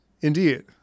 Indeed